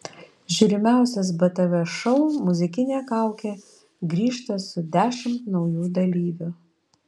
žiūrimiausias btv šou muzikinė kaukė grįžta su dešimt naujų dalyvių